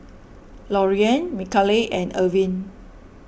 Loriann Micaela and Irvine